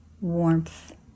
warmth